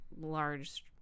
large